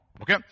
Okay